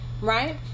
Right